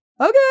okay